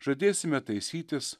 žadėsime taisytis